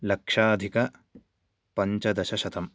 लक्षाधिकपञ्चदशशतम्